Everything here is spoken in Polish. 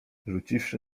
rzuciwszy